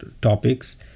topics